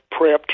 prepped